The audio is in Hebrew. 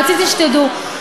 רציתי שתדעו.